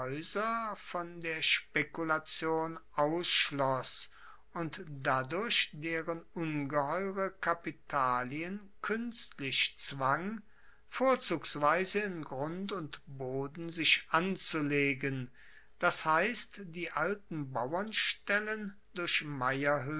von der spekulation ausschloss und dadurch deren ungeheure kapitalien kuenstlich zwang vorzugsweise in grund und boden sich anzulegen das heisst die alten bauernstellen durch